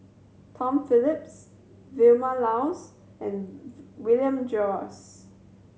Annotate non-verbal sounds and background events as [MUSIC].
Tom Phillips Vilma Laus and [UNINTELLIGIBLE] William Jervois